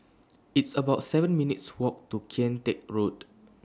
It's about seven minutes' Walk to Kian Teck Road